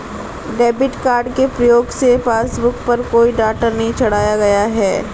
debit card के प्रयोग से पासबुक पर कोई डाटा नहीं चढ़ाया गया है